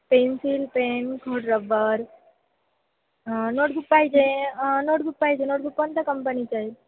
pencil pen खोडरब्बर notebook पाहिजे notebook पाहिजे नोटबुक कोणत्या कंपनीचा आहे